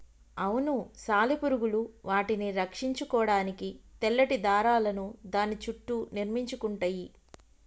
అవును సాలెపురుగులు వాటిని రక్షించుకోడానికి తెల్లటి దారాలను దాని సుట్టూ నిర్మించుకుంటయ్యి